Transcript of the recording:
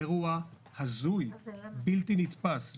אירוע הזוי, בלתי נתפס.